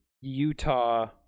Utah